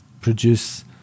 produce